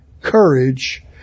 courage